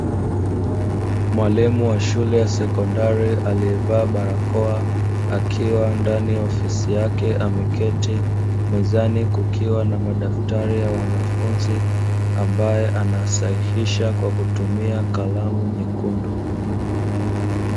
Mwalimu wa shule ya sekondari aliyevaa barakoa, akiwa ndani ya ofisi yake ameketi, mezani kukiwa na madaftari ya wanafunzi, ambaye anasahihisha kwakutumia kalamu nyekundu.